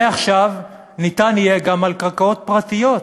מעכשיו ניתן יהיה גם על קרקעות פרטיות,